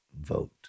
vote